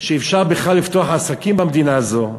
שבכלל אפשר לפתוח עסקים במדינה הזאת,